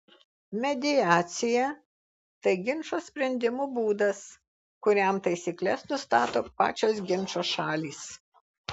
mediacija tai ginčo sprendimo būdas kuriam taisykles nustato pačios ginčo šalys